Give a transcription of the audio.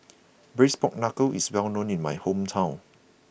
Braised Pork Knuckle is well known in my hometown